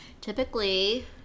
Typically